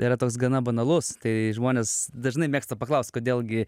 yra toks gana banalus tai žmonės dažnai mėgsta paklaust kodėl gi